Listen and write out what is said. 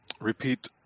repeat